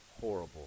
horrible